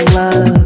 love